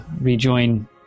rejoin